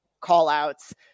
call-outs